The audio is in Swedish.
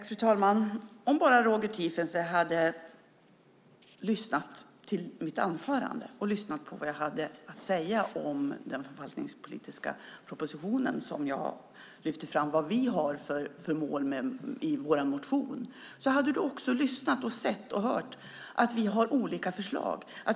Fru talman! Om bara Roger Tiefensee hade lyssnat på mitt anförande och lyssnat på vad jag hade att säga om den förvaltningspolitiska propositionen, som jag lyfte fram med vad vi har för mål i vår motion, hade han också sett och hört att vi har olika förslag.